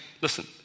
listen